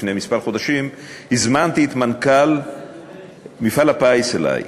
לפני כמה חודשים הזמנתי את מנכ"ל מפעל הפיס אלי ואמרתי: